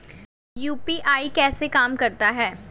UPI कैसे काम करता है?